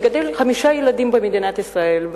מגדלים חמישה ילדים במדינת ישראל,